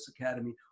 Academy